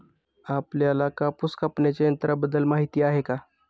आपल्याला कापूस कापण्याच्या यंत्राबद्दल माहीती आहे का?